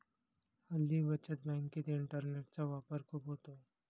हल्ली बचत बँकेत इंटरनेटचा वापर खूप होतो